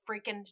freaking